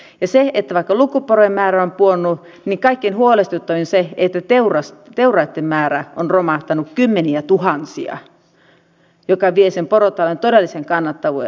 ja vaikka lukuporojen määrä on pudonnut niin kaikkein huolestuttavinta on se että teuraitten määrä on romahtanut kymmeniätuhansia mikä vie sen porotalouden todellisen kannattavuuden alas